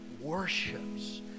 worships